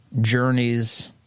journeys